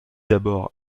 d’abord